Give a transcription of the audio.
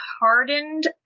hardened